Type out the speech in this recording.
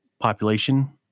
population